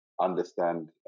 understand